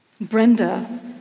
Brenda